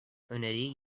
öneriyi